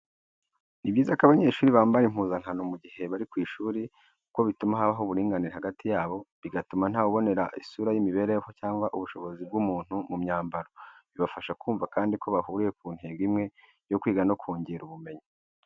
Ni byiza ko abanyeshuri bambara impuzankano mu gihe bari ku ishuri kuko bituma habaho uburinganire hagati yabo, bigatuma ntawubonera isura y'imibereho cyangwa ubushobozi bw'umuntu mu myambaro. Bibafasha kumva kandi ko bahuriye ku ntego imwe yo kwiga no kongera ubumenyi.